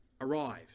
arrived